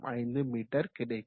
05 metre கிடைக்கும்